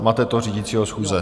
Mate to řídícího schůze.